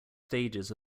stages